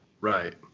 Right